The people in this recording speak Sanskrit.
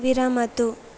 विरमतु